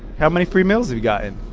how many free meals have you gotten?